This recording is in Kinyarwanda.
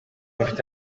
mfite